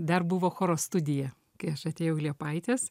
dar buvo choro studija kai aš atėjau į liepaites